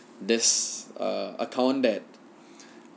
this err account that